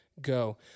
go